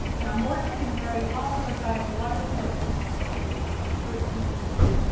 now mortars can vary also in size, the largest of which we have on the property is around thirteen inches.